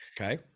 Okay